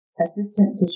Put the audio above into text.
Assistant